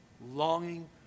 longing